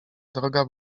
droga